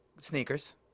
sneakers